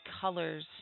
colors